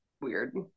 weird